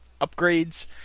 upgrades